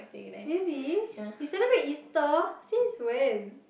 really you celebrate Easter since when